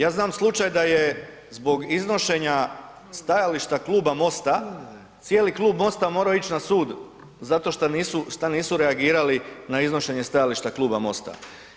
Ja znam slučaj da je zbog iznošenja stajališta kluba MOST-a cijeli klub MOST-a morao ići na sud zato što nisu reagirali na iznošenje stajališta kluba MOST-a.